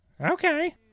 Okay